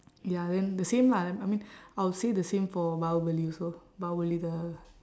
ya then the same lah I mean I would say the same for bahubali also bahubali the